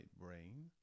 brain